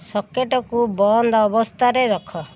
ସକେଟ୍କୁ ବନ୍ଦ ଅବସ୍ଥାରେ ରଖ